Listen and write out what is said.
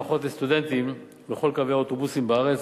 הנחות לסטודנטים בכל קווי האוטובוסים בארץ.